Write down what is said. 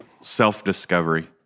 self-discovery